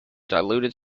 diluted